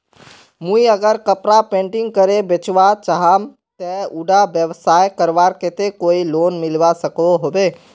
मुई अगर कपड़ा पेंटिंग करे बेचवा चाहम ते उडा व्यवसाय करवार केते कोई लोन मिलवा सकोहो होबे?